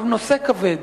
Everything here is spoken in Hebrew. נושא כבד,